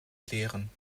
klären